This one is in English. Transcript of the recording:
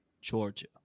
Georgia